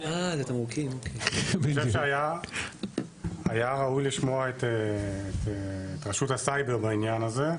אני חושב שהיה ראוי לשמוע את רשות הסייבר בעניין הזה.